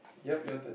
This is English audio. ya your turn